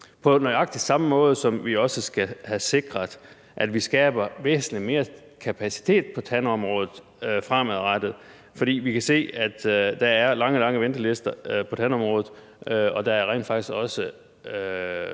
på nøjagtig samme måde som vi også skal have sikret, at vi skaber væsentlig mere kapacitet på tandområdet fremadrettet. For vi kan se, at der er lange, lange ventelister på tandområdet, og der vil rent faktisk også